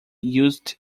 used